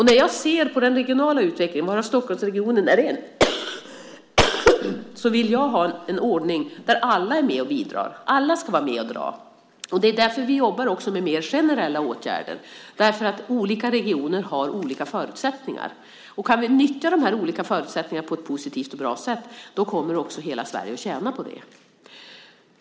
När jag ser på den regionala utvecklingen, varav Stockholmsregionen är en region, vill jag ha en ordning där alla är med och bidrar. Alla ska vara med och dra. Det är därför som vi också jobbar med mer generella åtgärder. Olika regioner har nämligen olika förutsättningar. Om vi kan nyttja dessa olika förutsättningar på ett positivt och bra sätt kommer hela Sverige att tjäna på det.